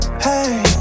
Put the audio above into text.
Hey